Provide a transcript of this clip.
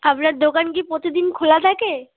আপনার দোকান কি প্রতিদিন খোলা থাকে